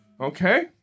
Okay